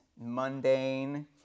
mundane